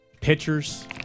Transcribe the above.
pitchers